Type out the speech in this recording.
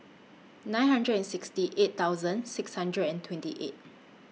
nine hundred and sixty eight thousand six hundred and twenty eight